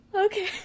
Okay